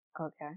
Okay